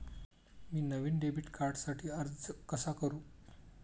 मी नवीन डेबिट कार्डसाठी अर्ज कसा करू?